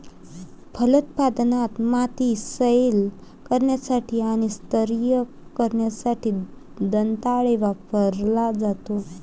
फलोत्पादनात, माती सैल करण्यासाठी आणि स्तरीय करण्यासाठी दंताळे वापरला जातो